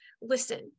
listen